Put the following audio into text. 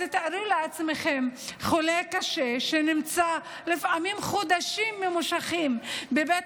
אז תתארו לעצמכם חולה קשה שנמצא לפעמים חודשים ממושכים בבית